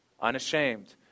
Unashamed